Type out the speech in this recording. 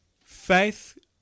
Faith